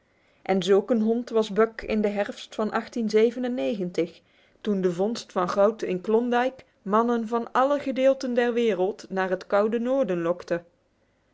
en zulk een hond was buck in de herfst van toen de vondst van goud in klondike mannen van alle gedeelten der wereld naar het noorden lokte